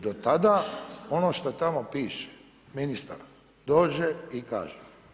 Do tada ono što tamo piše ministar dođe i kaže.